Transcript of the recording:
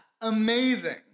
amazing